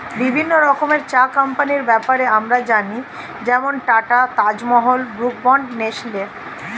বিভিন্ন রকমের চা কোম্পানির ব্যাপারে আমরা জানি যেমন Tata, Taj Mahal, Brooke Bond, Nestle